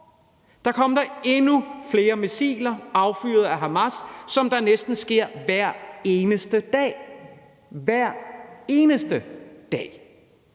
Der kom endnu flere missiler affyret af Hamas, hvad der næsten sker hver eneste dag – hver eneste dag!